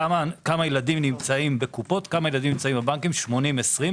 כמה ילדים נמצאים בבנקים וכמה בקופות.